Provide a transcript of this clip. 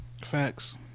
facts